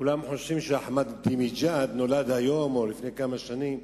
כולם חושבים שאחמדינג'אד נולד היום או לפני כמה שנים.